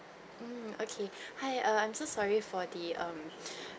mm okay hi err I'm so sorry for the um